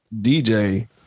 DJ